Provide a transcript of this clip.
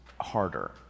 harder